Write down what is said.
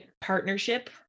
partnership